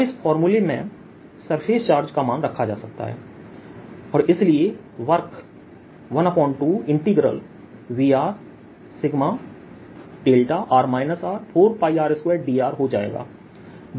अब इस फार्मूले में सरफेस चार्ज का मान रखा जा सकता है और इसलिए वर्क 12Vrσδr R4πr2drहो जाएगा